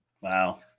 Wow